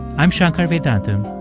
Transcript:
i'm shankar vedantam,